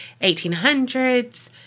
1800s